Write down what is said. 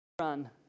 run